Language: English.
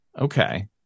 Okay